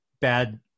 bad